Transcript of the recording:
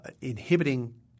inhibiting